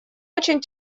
очень